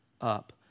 up